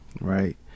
Right